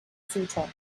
seater